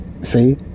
See